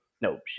Nope